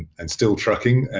and still trucking.